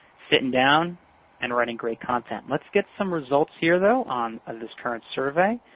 sitting down and writing great content. let's get some results here, though, on on this current survey.